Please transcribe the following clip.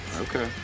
Okay